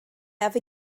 have